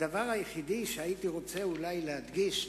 הדבר היחיד שהייתי רוצה אולי להדגיש,